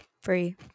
Free